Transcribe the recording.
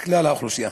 כלל האוכלוסייה.